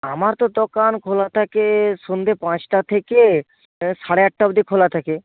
আমার তো দোকান খোলা থাকে সন্ধ্যে পাঁচটা থেকে সাড়ে আটটা অবধি খোলা থাকে